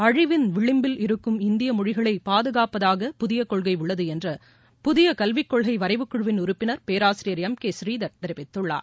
அழிவின் விளிம்பில் இருக்கும் இந்திய மொழிகளை பாதுகாப்பதாக புதிய கொள்கை உள்ளது என்று புதிய கல்விக்கொள்கை வரைவுக்குழுவின் உறுப்பினர் பேராசிரியர் எம் கே ஸ்ரீதர் தெரிவித்துள்ளார்